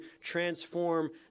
transform